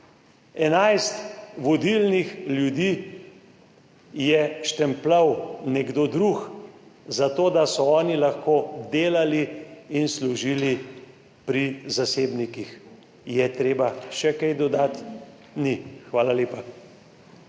Enajst vodilnih ljudi je štempljal nekdo drug, zato da so oni lahko delali in služili pri zasebnikih. Je treba še kaj dodati? Ni. Hvala lepa.